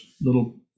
little